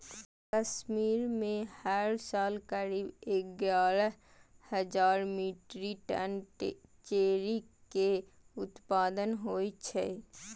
कश्मीर मे हर साल करीब एगारह हजार मीट्रिक टन चेरी के उत्पादन होइ छै